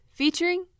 featuring